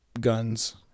guns